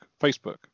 Facebook